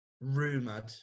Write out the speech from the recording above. rumoured